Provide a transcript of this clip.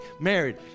married